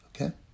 okay